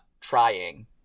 trying